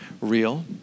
real